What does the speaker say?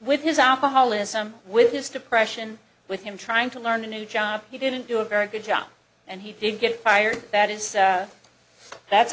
with his alcoholism with his depression with him trying to learn a new job he didn't do a very good job and he didn't get fired that is that's